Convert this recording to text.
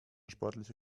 sportliche